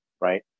Right